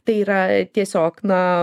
tai yra tiesiog na